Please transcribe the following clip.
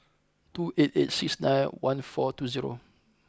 two eight eight six nine one four two zero